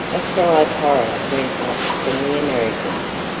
a cry of horror went up from the americans,